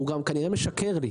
הוא גם כנראה משקר לי.